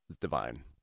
Divine